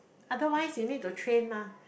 otherwise you need to train mah